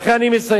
לכן אני מסיים.